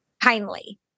kindly